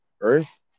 Earth